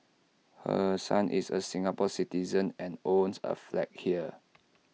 her son is A Singapore Citizen and owns A flat here